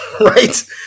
Right